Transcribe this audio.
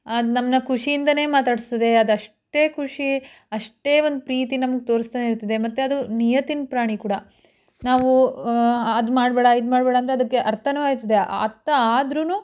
ಅದು ನಮ್ಮನ್ನು ಖುಷಿಯಿಂದಲೇ ಮಾತಾಡಿಸ್ತದೆ ಅದಷ್ಟೇ ಖುಷಿ ಅಷ್ಟೇ ಒಂದು ಪ್ರೀತಿ ನಮಗೆ ತೋರಿಸ್ತಾನೆ ಇರ್ತದೆ ಮತ್ತು ಅದು ನಿಯತ್ತಿನ ಪ್ರಾಣಿ ಕೂಡ ನಾವು ಅದು ಮಾಡಬೇಡ ಇದು ಮಾಡಬೇಡ ಅಂದರೆ ಅದಕ್ಕೆ ಅರ್ಥವೂ ಆಯ್ತದೆ ಅರ್ಥ ಆದ್ರೂ